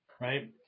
right